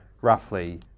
roughly